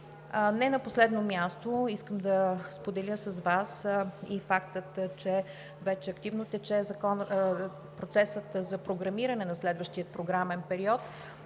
Не на последно място искам да споделя с Вас и факта, че вече активно тече процесът за програмиране на следващия програмен период